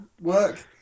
work